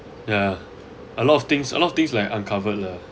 yeah a lot of things a lot of things like uncovered lah